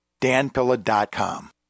danpilla.com